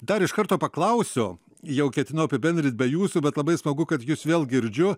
dar iš karto paklausiu jau ketinau apibendrit be jūsų bet labai smagu kad jus vėl girdžiu